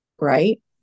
right